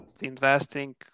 investing